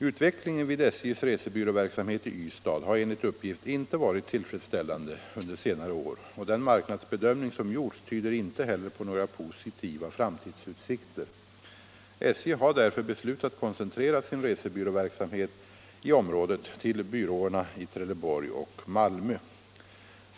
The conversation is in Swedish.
Utvecklingen vid SJ:s resebyråverksamhet i Ystad har enligt uppgift inte varit tillfredsställande under senare år, och den marknadsbedömning som gjorts tyder inte heller på några positiva framtidsutsikter. SJ har därför beslutat koncentrera sin resebyråverksamhet i området till byråerna i Trelleborg och Malmö.